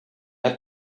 have